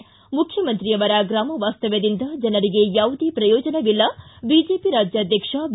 ಿ ಮುಖ್ಯಮಂತ್ರಿ ಅವರ ಗ್ರಾಮ ವಾಸವ್ಯದಿಂದ ಜನರಿಗೆ ಯಾವುದೇ ಪ್ರಯೋಜನವಿಲ್ಲ ಬಿಜೆಪಿ ರಾಜ್ಯಾಧ್ಯಕ್ಷ ಬಿ